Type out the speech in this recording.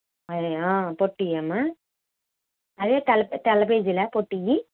అవా పొట్టివా అమ్మ అదే తెల్ల తెల్ల పేజీలు పొట్టివి